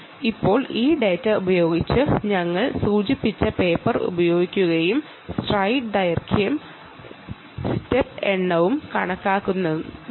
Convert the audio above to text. ഇപ്പോൾ ഈ ഡാറ്റ ഉപയോഗിച്ച് ഞങ്ങൾ സൂചിപ്പിച്ച പേപ്പർ ഉപയോഗിക്കുകയും സ്ട്രൈഡ് ദൈർഘ്യവും സ്റ്റെപ്പ് എണ്ണവും കണക്കാക്കുകയും വേണം